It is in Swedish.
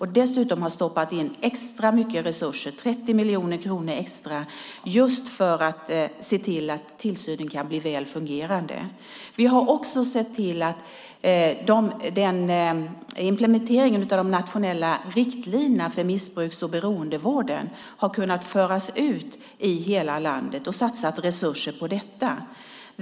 Dessutom har vi lagt extra stora resurser, 30 miljoner kronor extra, för att se till att tillsynen fungerar. Vi har också sett till att implementeringen av de nationella riktlinjerna för missbrukar och beroendevården har kunnat föras ut i hela landet och har satsat resurser på det.